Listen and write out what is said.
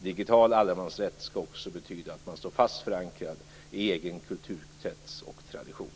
Digital allemansrätt skall också betyda att man står fast förankrad i egen kulturkrets och tradition.